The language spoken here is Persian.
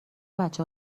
بچه